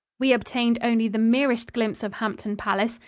we obtained only the merest glimpse of hampton palace,